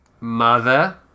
Mother